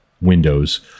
windows